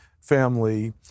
family